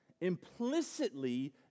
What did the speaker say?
implicitly